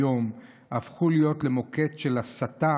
היום הפכו להיות למוקד של הסתה